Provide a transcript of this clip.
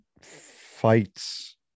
fights